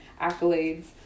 accolades